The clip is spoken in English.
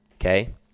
okay